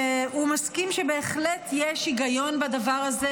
שהוא מסכים שבהחלט יש היגיון בדבר הזה